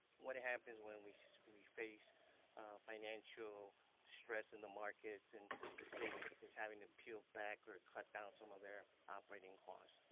what happens when we so we face financial stress in the markets and the state is is having to peel back or cut down some of their operating costs?